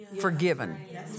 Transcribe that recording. forgiven